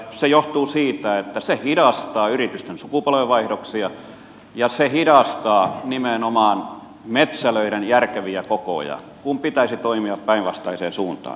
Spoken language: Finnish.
se johtuu siitä että se hidastaa yritysten sukupolvenvaihdoksia ja se hidastaa nimenomaan metsälöiden järkeviä kokoja kun pitäisi toimia päinvastaiseen suuntaan